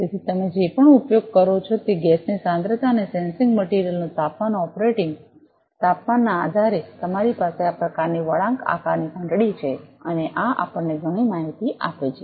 તેથી તમે જે પણ ઉપયોગ કરો છો તે ગેસની સાંદ્રતા અને સેન્સિંગ મટિરિયલનું તાપમાન ઑપરેટિંગ તાપમાનના આધારે તમારી પાસે આ પ્રકારની વળાંક આકારની ઘંટડી છે અને આ આપણને ઘણી માહિતી પણ આપે છે